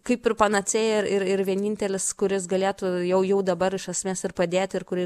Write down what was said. kaip ir panacėja ir ir vienintelis kuris galėtų jau jau dabar iš esmės ir pradėti ir kurį